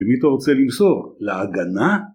למי אתה רוצה למסור? להגנה?